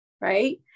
Right